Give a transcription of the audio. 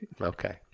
Okay